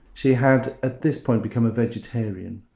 she had at this point become a vegetarian.